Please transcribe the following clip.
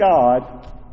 God